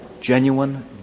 genuine